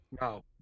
No